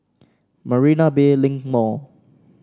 Marina Bay Link Mall